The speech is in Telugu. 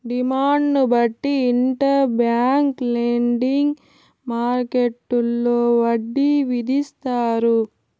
డిమాండ్ను బట్టి ఇంటర్ బ్యాంక్ లెండింగ్ మార్కెట్టులో వడ్డీ విధిస్తారు